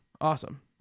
awesome